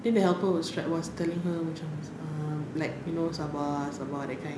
then the helper was like was try telling her you know macam um sabar sabar that kind